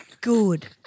good